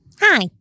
Hi